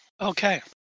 okay